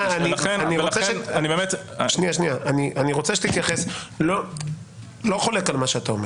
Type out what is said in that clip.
אני לא חולק על מה שאתה אומר.